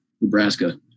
Nebraska